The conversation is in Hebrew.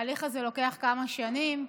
ההליך הזה לוקח כמה שנים.